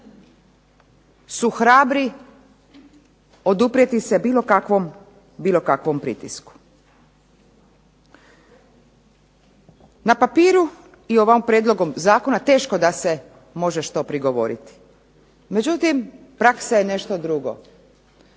su hrabri oduprijeti se bilo kakvom pritisku. Na papiru i u ovom prijedlogu zakona teško da se može što prigovoriti, međutim praksa je nešto drugo.